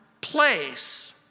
place